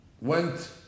went